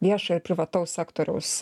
viešo ir privataus sektoriaus